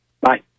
Bye